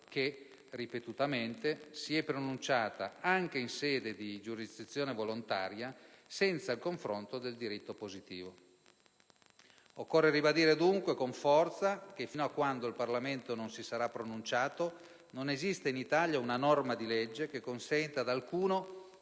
che, ripetutamente, si è pronunciata, anche in sede di giurisdizione volontaria, senza il conforto del diritto positivo. Occorre ribadire dunque con forza che, fino a quando il Parlamento non si sarà pronunciato, non esiste in Italia una norma di legge che consente ad alcuno